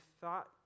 thought